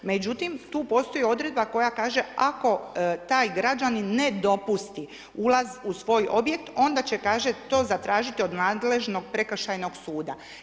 Međutim tu postoji odredba koja kaže, ako taj građanin ne dopusti ulaz u svoj objekt, onda će kaže, to zatražiti od nadležnog prekršajnog suda.